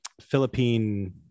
Philippine